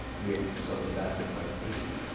with some of the methods i'm teaching.